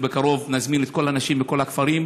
ובקרוב נזמין את כל הנשים מכל הכפרים.